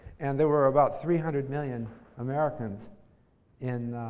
and there were about three hundred million americans in